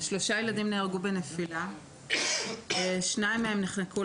שלושה ילדים נהרגו בנפילה; שניים מהם נחנקו